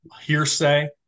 hearsay